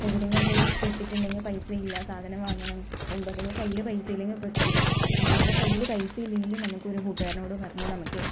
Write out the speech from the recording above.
ഇപ്പോ എവിടെ എങ്കിലും പോയി പെട്ടിട്ടുണ്ടെങ്കിൽ പൈസ ഇല്ല സാധനം വാങ്ങണം മുമ്പാണെങ്കിൽ കയ്യിൽ പൈസ ഇല്ലെങ്കിൽ പെട്ടു ഇതാകുമ്പോൾ കയ്യിൽ പൈസ ഇല്ലെങ്കിലും നമുക്ക് ഒരു കൂട്ടുകാരനോട് പറഞ്ഞാൽ നമുക്ക്